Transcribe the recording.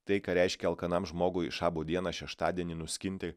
tai ką reiškia alkanam žmogui šabo dieną šeštadienį nuskinti